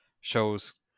shows